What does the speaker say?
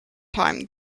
time